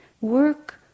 work